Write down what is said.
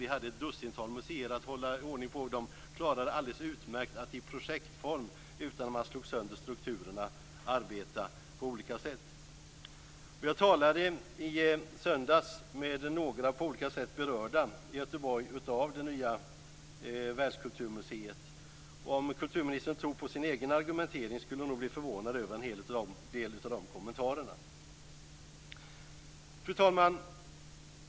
Vi hade ett dussintal museer att hålla ordning på, och de klarade alldeles utmärkt att i projektform, utan att man slog sönder strukturerna, arbeta på olika sätt. Jag talade i söndags med några i Göteborg som på olika sätt är berörda av det nya världskulturmuseet. Om kulturministern tror på sin egen argumentering skulle hon nog bli förvånad över en hel del av de kommentarerna. Fru talman!